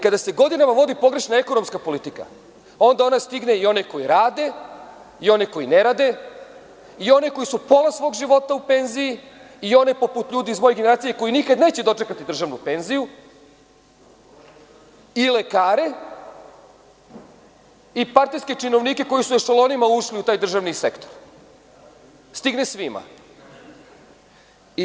Kada se godinama vodi pogrešna ekonomska politika, onda ona stigne i one koji rade, i one koji ne rade, i one koji su pola svog života u penziji, i one poput ljudi iz moje generacije koji neće dočekati državnu penziju, i lekare, i partijske činovnike koji su ešalonima ušli u taj državni sektor, stigne svima.